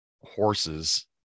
horses